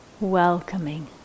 welcoming